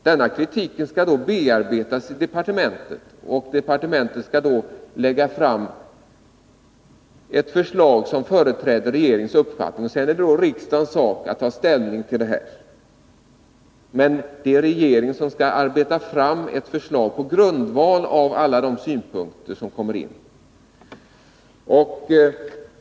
Denna kritik skall då bearbetas i departementet, och departementet skall lägga fram ett förslag som företräder regeringens uppfattning. Sedan är det riksdagens sak att ta ställning till detta förslag. Men det är alltså regeringen som skall arbeta fram ett förslag på grundval av alla de synpunkter som kommer in.